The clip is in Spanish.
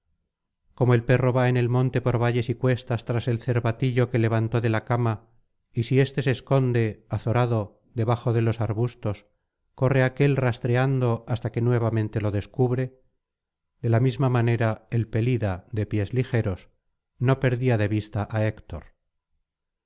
como el perro va en el monte por valles y cuestas tras el cervatillo que levantó de la cama y si éste se esconde azorado debajo de los arbustos corre aquél rastreando hasta que nuevamente lo descubre de lá misma manera el pelida de pies ligeros no perdía de vista á héctor